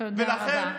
תודה רבה.